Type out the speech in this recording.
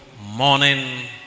morning